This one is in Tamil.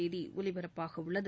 தேதி ஜலிபரப்பாக உள்ளது